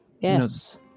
Yes